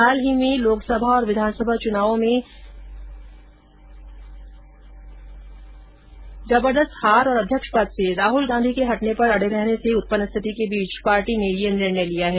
हाल के लोकसभा और विधानसभा चुनाव में जबर्दस्त हार और अध्यक्ष पद से राहल गांधी के हटने पर अडे रहने से उत्पन्न रिथिति के बीच पार्टी ने यह निर्णय लिया है